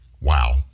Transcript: Wow